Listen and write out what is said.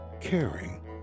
caring